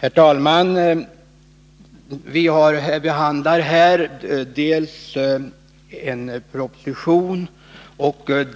Herr talman! Vi behandlar här dels en proposition,